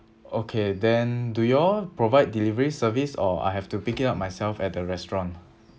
okay then do you all provide delivery service or I have to pick it up myself at the restaurant